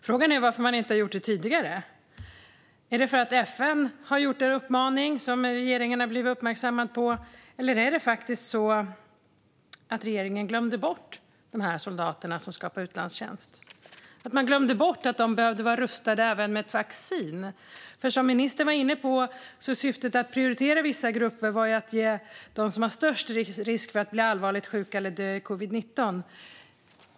Frågan är varför man inte har gjort det tidigare. Är det för att FN har gett en uppmaning som regeringen har blivit uppmärksammad på detta? Var det faktiskt så att regeringen glömde bort de soldater som ska på utlandstjänst? Glömde man bort att de behövde vara rustade även med ett vaccin? Som ministern var inne på är syftet att man ska prioritera vissa grupper som har störst risk för att bli allvarligt sjuka eller dö i covid-19.